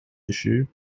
issue